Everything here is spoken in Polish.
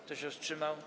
Kto się wstrzymał?